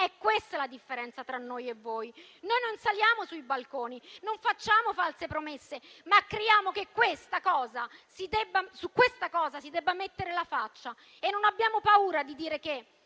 È questa la differenza tra noi e voi. Noi non saliamo sui balconi, non facciamo false promesse, ma crediamo che su questa cosa si debba mettere la faccia. E non abbiamo paura di dire che